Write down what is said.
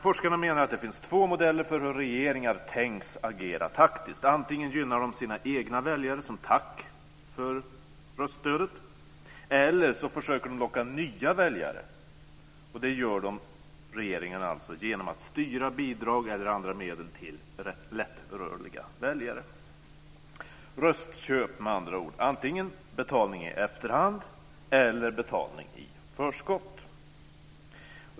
Forskarna menar att det finns två modeller för hur regeringar tänks agera taktiskt. Antingen gynnar de sina egna väljare som tack för röststödet, eller så försöker de locka nya väljare. Det gör regeringarna genom att styra bidrag eller andra medel till lättrörliga väljare. Det är med andra ord fråga om röstköp - antingen med betalning i efterhand eller betalning i förskott.